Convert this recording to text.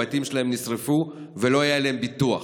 הבתים שלהם נשרפו ולא היה עליהם ביטוח.